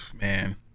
man